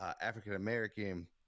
African-American